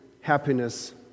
happiness